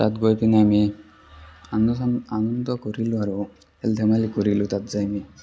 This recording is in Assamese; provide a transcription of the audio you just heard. তাত গৈ কিনে আমি আনন্দ চানন্দ আনন্দ কৰিলোঁ আৰু খেল ধেমালি কৰিলোঁ তাত যায় আমি